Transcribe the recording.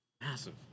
Massive